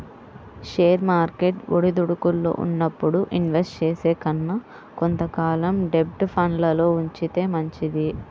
share market ఒడిదుడుకుల్లో ఉన్నప్పుడు invest చేసే కన్నా కొంత కాలం డెబ్ట్ ఫండ్లల్లో ఉంచితే మంచిది